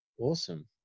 Awesome